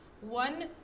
one